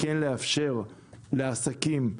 כן לאפשר לעסקים,